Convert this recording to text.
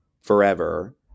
forever